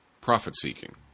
profit-seeking